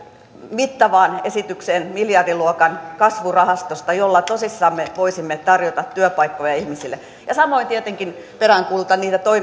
mittavaan esitykseen miljardiluokan kasvurahastosta jolla tosissamme voisimme tarjota työpaikkoja ihmisille samoin tietenkin peräänkuulutan niitä toimia